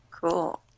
Cool